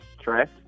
stress